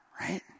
Right